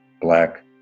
black